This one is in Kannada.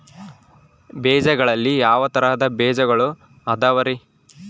ಬೇಜಗಳಲ್ಲಿ ಯಾವ ತರಹದ ಬೇಜಗಳು ಅದವರಿ?